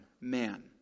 man